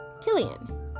Killian